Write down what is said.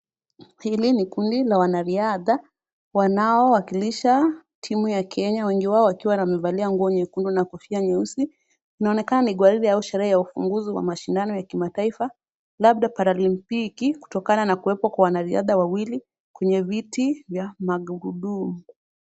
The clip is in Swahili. Hili ni kundi la wanariadha, wanaowakilisha timu ya Kenya, wengi wao wakiwa wamevalia nguo nyekundu na kofia nyeusi. Inaonekana ni gwaride au sherehe ya ufunguzi wa mashindano ya kimataifa, labda paralimpiki kutokana na kuwepo kwa wanariadha wawili kwenye viti vya magurudumu.